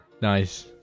Nice